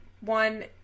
one